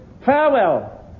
Farewell